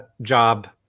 job